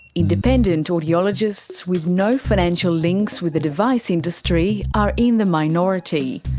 independent audiologists with no financial links with the device industry are in the minority.